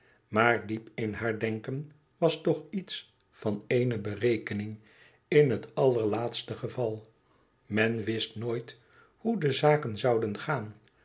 maar diep in haar denken was toch iets van eene berekening in het allerlaatste geval men wist nooit hoe de zaken zouden gaan